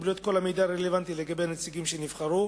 קיבלו את כל המידע הרלוונטי לגבי הנציגים שנבחרו,